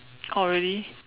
oh really